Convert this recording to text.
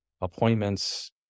appointments